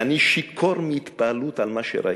ואני שיכור מהתפעלות על מה שראיתי.